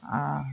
ஆ